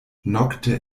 nokte